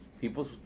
people